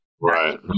right